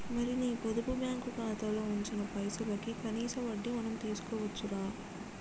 మరి నీ పొదుపు బ్యాంకు ఖాతాలో ఉంచిన పైసలకి కనీస వడ్డీ మనం తీసుకోవచ్చు రా